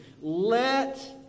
let